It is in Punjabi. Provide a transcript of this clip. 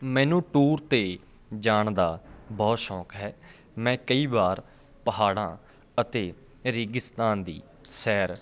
ਮੈਨੂੰ ਟੂਰ 'ਤੇ ਜਾਣ ਦਾ ਬਹੁਤ ਸ਼ੌਕ ਹੈ ਮੈਂ ਕਈ ਵਾਰ ਪਹਾੜਾਂ ਅਤੇ ਰੇਗਿਸਤਾਨ ਦੀ ਸੈਰ